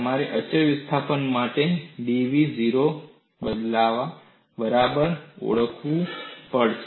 તમારે અચળ વિસ્થાપન માટે dv 0 ની બરાબર ઓળખવું પડશે